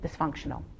dysfunctional